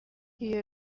iyo